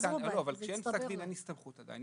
כשאין פסק דין אין הסתמכות עדיין.